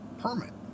permit